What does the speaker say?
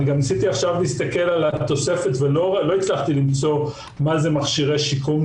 ניסיתי להסתכל עכשיו על התוספת ולא הצלחתי למצוא מה זה מכשירי שיקום.